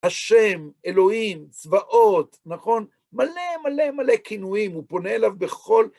השם, אלוהים, צבאות, נכון? מלא מלא מלא כינויים, הוא פונה אליו בכל...